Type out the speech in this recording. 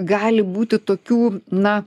gali būti tokių na